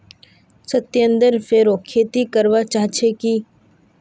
सत्येंद्र फेरो खेती करवा चाह छे की